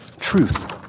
truth